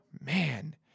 man